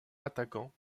attaquant